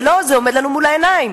זה עומד לנו מול העיניים.